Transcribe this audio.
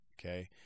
Okay